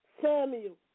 Samuel